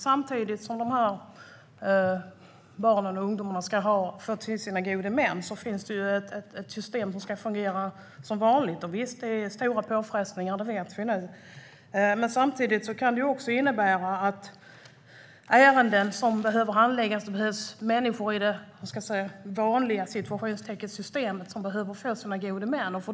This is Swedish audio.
Samtidigt som barnen och ungdomarna ska ha gode män finns ett system som ska fungera som vanligt. Vi vet att det är stora påfrestningar just nu, men samtidigt finns människor i det "vanliga" systemet som behöver gode män.